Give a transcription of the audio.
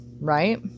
right